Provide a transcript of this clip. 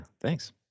Thanks